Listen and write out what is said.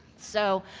so,